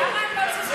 למה הם לא צודקים?